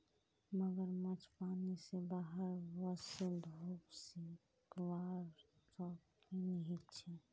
मगरमच्छ पानी से बाहर वोसे धुप सेकवार शौक़ीन होचे